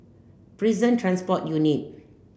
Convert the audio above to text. Prison Transport Unit